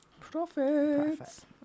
profits